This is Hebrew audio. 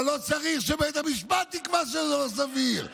תעצור אותו,